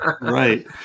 right